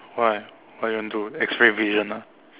why why you want to do X ray vision ah